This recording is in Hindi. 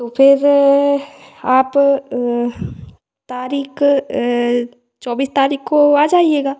तो फ़िर आप तारीख़ चौबीस तारीख़ को आ जाइएगा